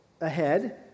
ahead